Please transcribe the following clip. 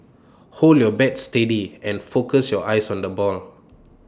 hold your bat steady and focus your eyes on the ball